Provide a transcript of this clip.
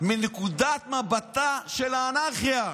אלא מנקודת מבטה של האנרכיה.